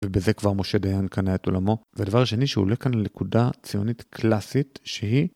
ובזה כבר משה דיין קנה את עולמו. והדבר השני שעולה כאן לנקודה ציונית קלאסית שהיא...